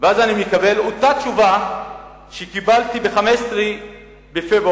אני מקבל את אותה תשובה שקיבלתי ב-15 בפברואר,